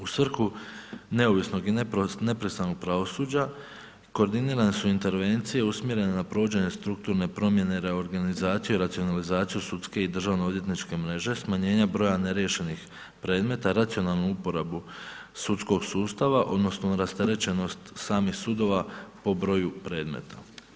U svrhu neovisnog i nepristranog pravosuđa, koordinirane su intervencije usmjerene na provođenje strukturne promjene, reorganizaciju i racionalizaciju sudske i državnoodvjetničke mreže, smanjenja broja neriješenih predmeta, racionalnu uporabu sudskog sustava, odnosno rasterećenost samih sudova po broju predmeta.